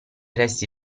resti